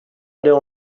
aller